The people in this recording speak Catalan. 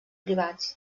privats